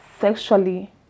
sexually